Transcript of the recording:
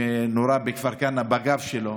שנורה בכפר כנא בגב שלו,